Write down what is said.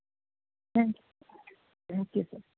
thank you thank you sir